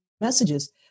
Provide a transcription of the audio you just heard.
messages